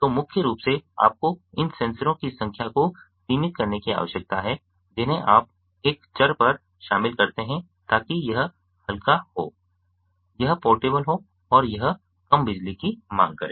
तो मुख्य रूप से आपको उन सेंसरों की संख्या को सीमित करने की आवश्यकता है जिन्हें आप एक चर पर शामिल करते हैं ताकि यह हल्का हो यह पोर्टेबल हो और यह कम बिजली की मांग करे